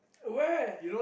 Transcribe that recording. where